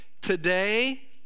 today